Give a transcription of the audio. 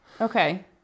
Okay